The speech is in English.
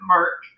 Mark